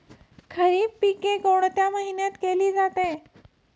खरीप पिके कोणत्या महिन्यात केली जाते?